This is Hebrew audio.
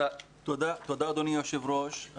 תודה אדוני היושב-ראש.